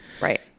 Right